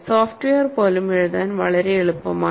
software പോലും എഴുതാൻ വളരെ എളുപ്പമാണ്